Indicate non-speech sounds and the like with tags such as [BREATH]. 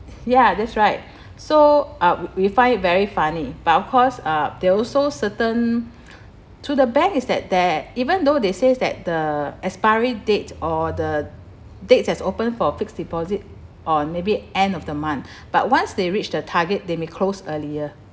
ya that's right [BREATH] so uh we find it very funny but of course uh they also certain [BREATH] to the bank is that they're even though they says that the expiry date or the dates as open for fixed deposit on maybe end of the month [BREATH] but once they reach the target they may close earlier